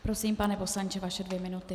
Prosím, pane poslanče, vaše dvě minuty.